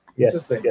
Yes